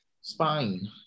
Spine